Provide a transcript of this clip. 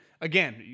again